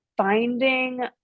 Finding